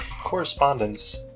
Correspondence